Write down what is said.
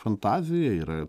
fantazija yra